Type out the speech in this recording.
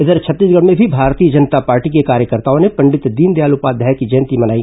इधर छत्तीसगढ़ में भी भारतीय जनता पार्टी के कार्यकर्ताओं ने पंडित दीनदयाल उपाध्याय की जयंती मनाई